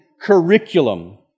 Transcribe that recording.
curriculum